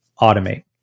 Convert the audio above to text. automate